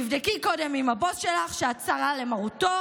תבדקי קודם עם הבוס שלך שאת סרה למרותו